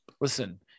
Listen